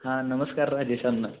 हां नमस्कार राजेश अन्ना